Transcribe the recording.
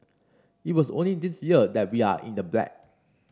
it was only this year that we are in the black